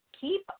keep